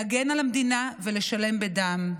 להגן על המדינה ולשלם בדם.